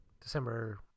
December